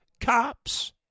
cops